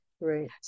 Right